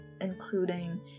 Including